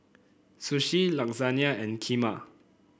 Sushi Lasagna and Kheema